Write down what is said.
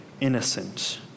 innocent